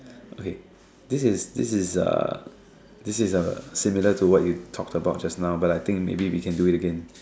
okay this is this is a this is a similar to what you've talked about just now but I think maybe we could do it again